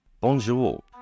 Bonjour